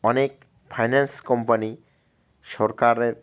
অনেক finance company সরকারের